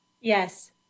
Yes